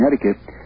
connecticut